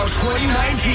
2019